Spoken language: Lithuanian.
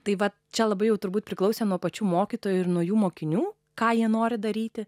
tai vat čia labai jau turbūt priklausė nuo pačių mokytojų ir naujų mokinių ką jie nori daryti